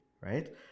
right